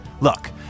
Look